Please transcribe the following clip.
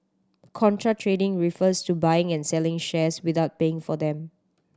contra trading refers to buying and selling shares without paying for them